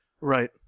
Right